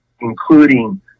including